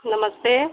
नमस्ते